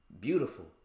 beautiful